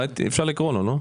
אפשר לקרוא לו, לא?